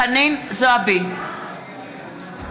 (קוראת בשמות חברי הכנסת) חנין זועבי, בעד.